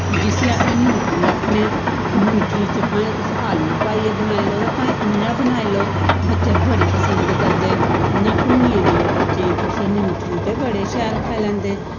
जिसी अस न्यूट्री आखने न्यूट्री च भाएं तुस आलू पाइयै बनाई लैओ ते भांएं इयां बनाई लैओ बच्चे बड़ी पसंद करदे इयां भुन्नियै देओ तुस बच्चेंई न्यूट्री ते बड़े शैल खाई लैंदे